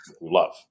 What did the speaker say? love